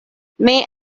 may